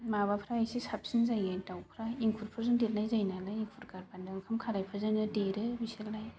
माबाफोरा इसे साबसिन जायो दाउफोरा एंखुरफोरजों देरनाय जायो नालाय एंखुर गारबानो ओंखाम खालायफोरजोंनो देरो बिसोरलाय